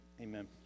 Amen